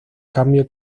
cambio